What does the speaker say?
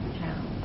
town